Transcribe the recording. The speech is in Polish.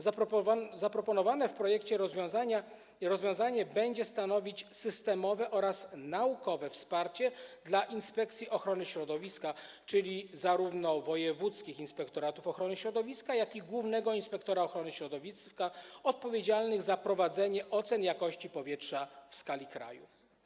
Zaproponowane w projekcie rozwiązanie będzie stanowić systemowe oraz naukowe wsparcie dla Inspekcji Ochrony Środowiska, czyli zarówno wojewódzkich inspektoratów ochrony środowiska, jak i głównego inspektora ochrony środowiska, odpowiedzialnych za prowadzenie ocen jakości powietrza w skali kraju.